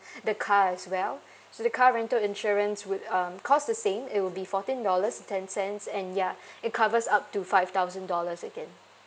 the car as well so the car rental insurance would um cost the same it would be fourteen dollars ten cents and ya it covers up to five thousand dollars again